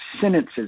sentences